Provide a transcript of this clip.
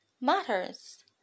matters